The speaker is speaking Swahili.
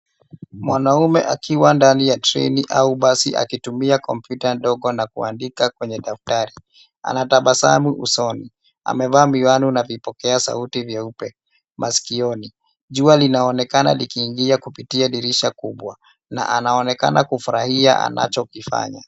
Mwanamme akiwa ndani ya treni au basi akitumia kompyuta ndogo na kuandika kwenye daftari. Anatabasamu usoni. Amevaa miwani na vipokea sauti vyeupe masikioni. Jua linaonekana likiingia kupitia dirisha kubwa na anaonekana kufurahia anachokifanya.